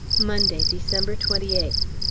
monday, december twenty eighth.